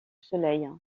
soleil